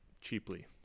cheaply